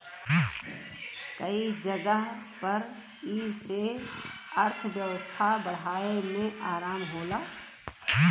कई जगह पर ई से अर्थव्यवस्था बढ़ाए मे आराम होला